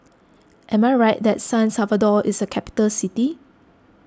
am I right that San Salvador is a capital city